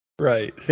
Right